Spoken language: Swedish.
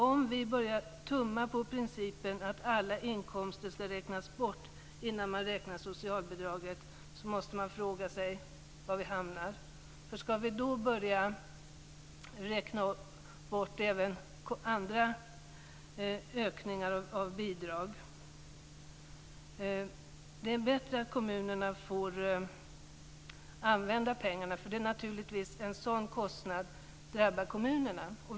Om vi börjar tumma på principen att alla inkomster skall räknas bort innan socialbidraget beräknas måste man fråga sig var vi hamnar. Skall vi då börja räkna bort även andra ökningar av bidrag? Det är bättre att kommunerna får använda pengarna, därför att den typen av kostnader drabbar naturligtvis kommunerna.